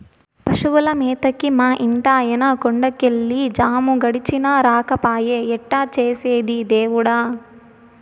పశువుల మేతకి మా ఇంటాయన కొండ కెళ్ళి జాము గడిచినా రాకపాయె ఎట్టా చేసేది దేవుడా